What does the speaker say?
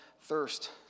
thirst